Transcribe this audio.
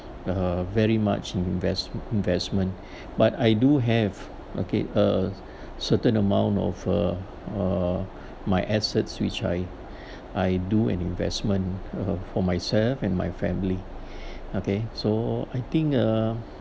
uh very much in invest investment but I do have okay a certain amount of uh uh my assets which I I do an investment uh for myself and my family okay so I think uh